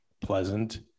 pleasant